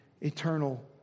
eternal